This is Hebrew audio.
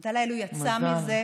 תודה לאל, הוא יצא מזה.